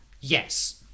yes